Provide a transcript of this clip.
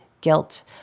guilt